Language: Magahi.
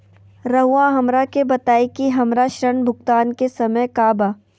रहुआ हमरा के बताइं कि हमरा ऋण भुगतान के समय का बा?